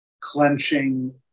clenching